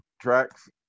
tracks